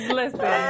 listen